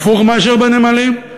הפוך מאשר בנמלים.